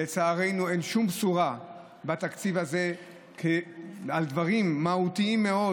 לצערנו אין שום בשורה בתקציב הזה בדברים מהותיים מאוד.